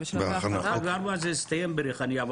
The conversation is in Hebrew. אומנם זה הסתיים בריחאניה,